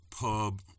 pub